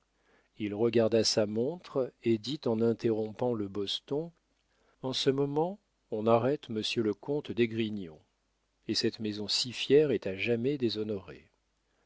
il regarda sa montre et dit en interrompant le boston en ce moment on arrête monsieur le comte d'esgrignon et cette maison si fière est à jamais déshonorée